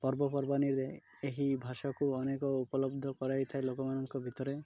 ପର୍ବପର୍ବାଣିୀରେ ଏହି ଭାଷାକୁ ଅନେକ ଉପଲବ୍ଧ କରାଯାଇ ଥାଏ ଲୋକମାନଙ୍କ ଭିତରେ